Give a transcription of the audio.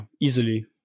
easily